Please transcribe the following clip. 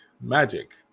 magic